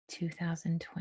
2020